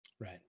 Right